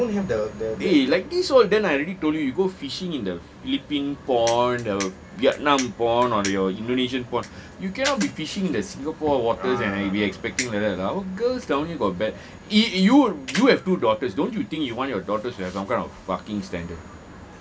eh like this hor then I already told you you go fishing in philippine pond the vietnam pond on your indonesian pond you cannot be fishing in the singapore waters and be expecting like that ah our girls down here got be~ you you have two daughters don't you think you want your daughters to have some kind of fucking standard